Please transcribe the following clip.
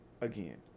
Again